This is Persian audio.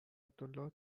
عبدالله